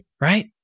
right